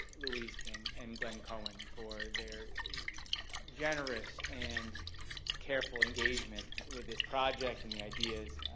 louise king and glenn cohen for their generous and careful engagement with this project and the ideas,